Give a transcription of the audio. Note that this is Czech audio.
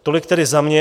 Tolik tedy za mě.